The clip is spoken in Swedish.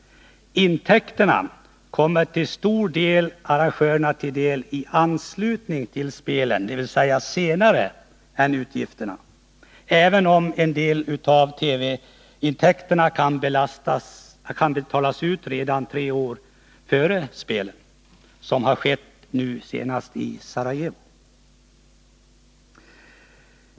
Intäkterna kommer i huvudsak arrangörerna till del i anslutning till spelen, dvs. senare än utgifterna, även om en del av TV-intäkterna kan betalas redan tre år före spelen, som har skett nu senast i Sarajevo.